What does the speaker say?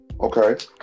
Okay